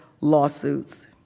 lawsuits